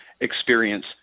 experience